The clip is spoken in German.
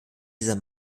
dieser